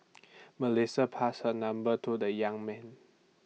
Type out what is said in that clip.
Melissa passed her number to the young man